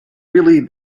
really